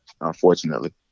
unfortunately